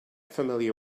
familiar